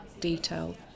detail